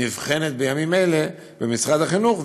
נבחנת בימים אלה במשרד החינוך,